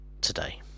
today